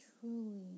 truly